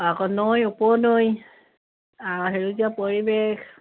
অঁ আকৌ নৈ উপনৈ সেউজীয়া পৰিৱেশ